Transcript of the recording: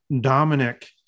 Dominic